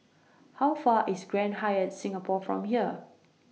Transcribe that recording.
How Far IS Grand Hyatt Singapore from here